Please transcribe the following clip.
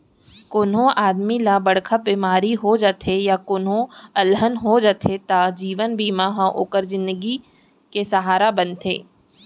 कोनों आदमी ल बड़का बेमारी हो जाथे या कोनों अलहन हो जाथे त जीवन बीमा ह ओकर जिनगी के सहारा बनथे